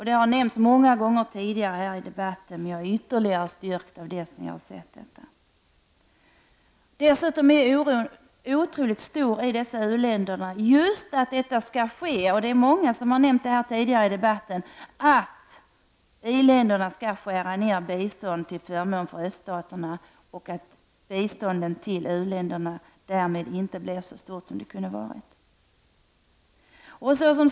Det har nämnts många gånger tidigare här i debatten, men jag är ytterligare styrkt i min uppfattning av vad jag har sett. Som många har sagt tidigare här i debatten är oron mycket stor i dessa uländer för att i-länderna skall skära ned biståndet till förmån för öststaterna — att biståndet till u-länderna därmed inte blir så stort som det kunde ha varit.